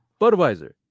budweiser